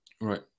Right